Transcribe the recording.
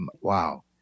wow